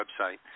website